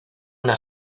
una